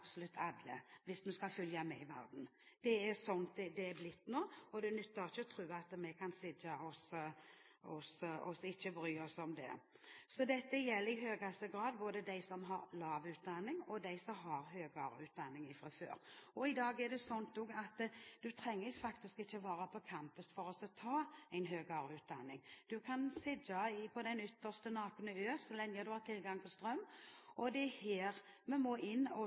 hvis vi skal følge med i verden. Det er slik det har blitt nå, og det nytter ikke å tro at vi kan sitte og ikke bry oss om det. Dette gjelder i høyeste grad både dem som har lav utdanning og dem som har høyere utdanning fra før. I dag er det også slik at du faktisk ikke trenger å være på campus for å ta en høyere utdanning. Du kan sitte på den ytterste nakne øy så lenge du har tilgang på strøm. Her må vi få til en samordning av hva som finnes av tilbud og